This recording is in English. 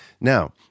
Now